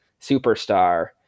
superstar